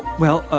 well, ah